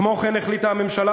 כמו כן החליטה הממשלה,